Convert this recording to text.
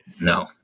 No